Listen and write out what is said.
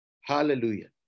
Hallelujah